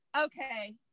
Okay